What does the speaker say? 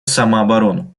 самооборону